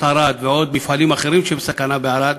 ערד" ועוד מפעלים אחרים שהם בסכנה בערד,